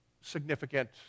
significant